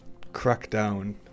Crackdown